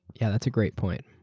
yeah that's a great point.